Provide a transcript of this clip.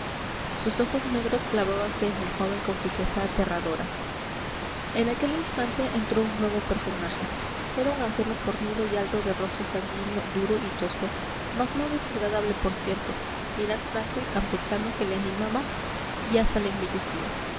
sus ojos negros clavábanse en el joven con fijeza aterradora en aquel instante entró un nuevo personaje era un anciano fornido y alto de rostro sanguíneo duro y tosco mas no desagradable por cierto mirar franco y campechano que le animaba y hasta le embellecía